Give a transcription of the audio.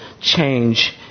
change